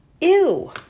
Ew